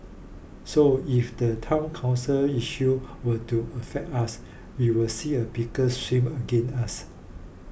so if the Town Council issue were to affect us we will see a bigger swing against us